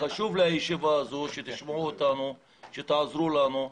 חשוב שתשמעו אותנו ותעזרו לנו.